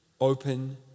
open